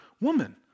woman